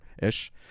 Ish